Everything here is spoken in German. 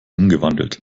umgewandelt